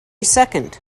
second